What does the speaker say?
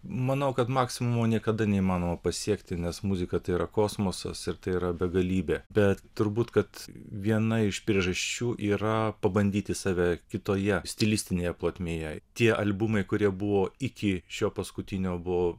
manau kad maksimumo niekada neįmanoma pasiekti nes muzika tai yra kosmosas ir tai yra begalybė bet turbūt kad viena iš priežasčių yra pabandyti save kitoje stilistinėje plotmėje tie albumai kurie buvo iki šio paskutinio buvo